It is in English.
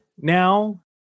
now